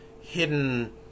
hidden